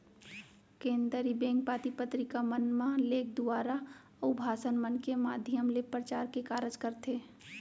केनदरी bank पाती पतरिका मन म लेख दुवारा, अउ भासन मन के माधियम ले परचार के कारज करथे